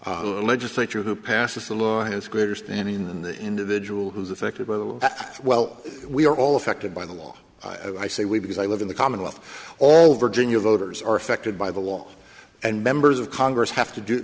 e legislature who passes the law has greater standing in the individual who is affected by the well we are all affected by the law i say we because i live in the commonwealth all virgin voters are affected by the law and members of congress have to do